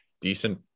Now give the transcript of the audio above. decent